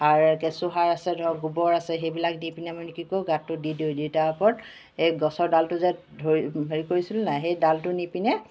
সাৰ কেঁচু সাৰ আছে ধৰক গোবৰ আছে সেইবিলাক দি পিনি আমি কি কৰো গাতটো দি দিওঁ দি তাৰ ওপৰত এই গছৰ ডালটো যে ধৰি হেৰি কৰিছিলো নে নাই সেই ডালটো নি পিনে